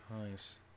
nice